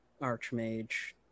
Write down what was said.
Archmage